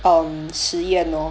um 实验 lor